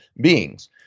beings